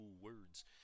words